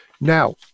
Now